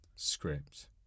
Script